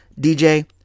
DJ